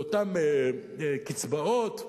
לאותן קצבאות,